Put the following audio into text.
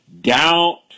doubt